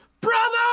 Brother